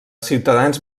ciutadans